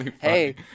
Hey